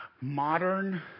modern